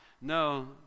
No